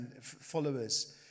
followers